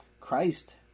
Christ